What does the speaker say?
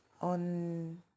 on